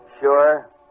Sure